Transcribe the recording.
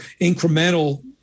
incremental